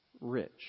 Rich